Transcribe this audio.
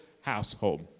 household